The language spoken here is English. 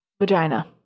Vagina